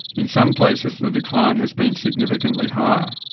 in some places the decline has been significantly higher.